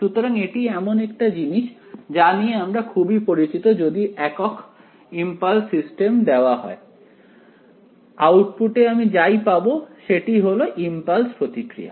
সুতরাং এটি এমন একটা জিনিস যা নিয়ে আমরা খুবই পরিচিত যদি একক ইমপালস সিস্টেমে দেওয়া হয় আউটপুটে আমি যাই পাবো সেটি হল ইম্পালস প্রতিক্রিয়া